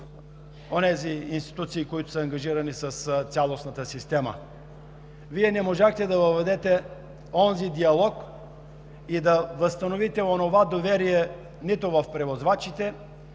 – онези институции, които са ангажирани с цялостната система. Вие не можахте да въведете онзи диалог и да възстановите онова доверие нито в превозвачите,